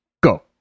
go